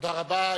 תודה רבה.